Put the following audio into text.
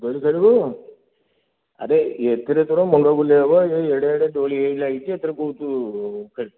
ଦୋଳି ଖେଳିବୁ ଆରେ ଏଥିରେ ତୋର ମୁଣ୍ଡ ବୁଲେଇବ ଏଇ ଏଡ଼େ ଏଡ଼େ ଦୋଳି ଲାଗିଛି ଏଥିରେ ବହୁତ